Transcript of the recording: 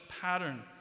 pattern